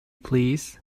please